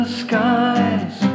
skies